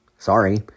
Sorry